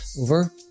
over